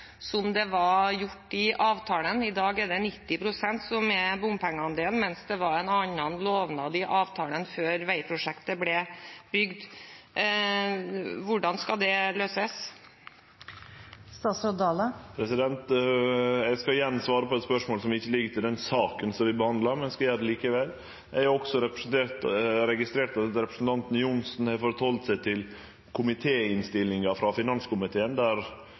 mens det var en annen lovnad i avtalen før veiprosjektet ble bygd. Hvordan skal det løses? Eg skal svare på eit spørsmål som ikkje ligg til den saka som vi behandlar – men eg skal gjere det likevel. Eg har også registrert at representanten Johnsen har halde seg til komitéinnstillinga frå finanskomiteen, der